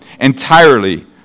entirely